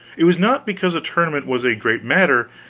it was not because a tournament was a great matter,